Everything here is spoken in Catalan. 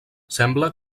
sembla